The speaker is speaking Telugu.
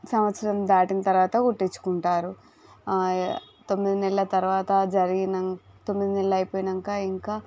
సంవత్సరం దాటిన తర్వాత కుట్టించుకుంటారు తొమ్మిది నెలల తర్వాత జరిగిన తొమ్మిది నెలలు అయిపోయినాక ఇంకా